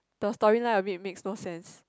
the story line a bit makes no sense